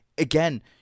Again